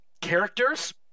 characters